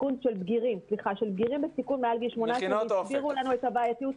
של בגירים סיכון מעל גיל 18 והסבירו לנו את הבעיה.